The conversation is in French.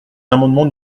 l’amendement